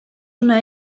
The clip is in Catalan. una